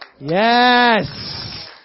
Yes